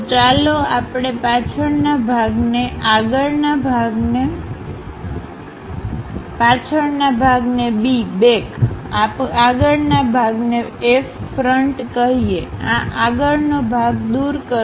તો ચાલો આપણે પાછળના ભાગને B આગળના ભાગને F કહીએઆ આગળનો ભાગ દૂર કરો